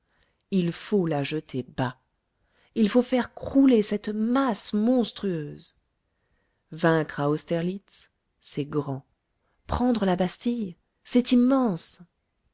il faut la jeter bas il faut faire crouler cette masse monstrueuse vaincre à austerlitz c'est grand prendre la bastille c'est immense